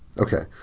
okay.